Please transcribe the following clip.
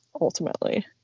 ultimately